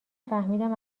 فهمیدم